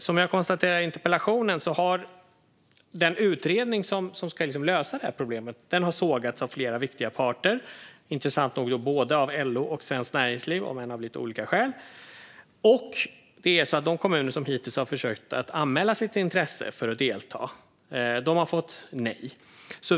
Som jag konstaterar i interpellationen har den utredning som ska lösa det här problemet sågats av flera viktiga parter, intressant nog både av LO och Svenskt Näringsliv om än av lite olika skäl, och de kommuner som hittills har försökt anmäla sitt intresse för att delta har fått nej.